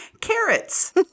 carrots